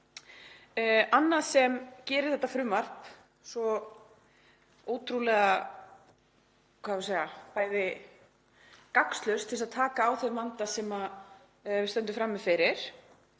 Annað sem gerir þetta frumvarp svo ótrúlega, hvað eigum við að segja, bæði gagnslaust til þess að taka á þeim vanda sem við stöndum frammi fyrir,